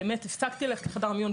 באמת, הפסקתי ללכת לחדר מיון.